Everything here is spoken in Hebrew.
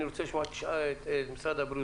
אני רוצה לשמוע את משרד הבריאות,